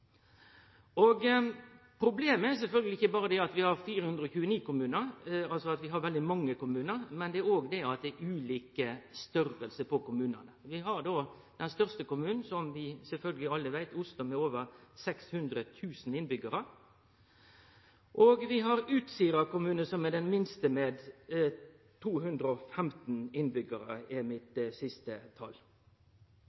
kommunestrukturen. Problemet er sjølvsagt ikkje berre at vi har 429 kommunar – altså at vi har veldig mange kommunar – men også at det er ulik størrelse på kommunane. Den største kommunen er Oslo, som vi sjølvsagt alle veit, med over 600 000 innbyggjarar, og den minste er Utsira kommune – 215 innbyggjarar er